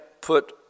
put